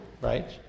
Right